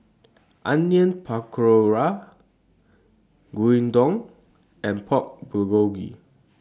Onion Pakora Gyudon and Pork Bulgogi